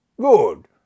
Good